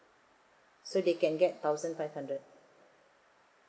so they can get thousand five hundred